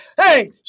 hey